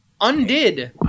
undid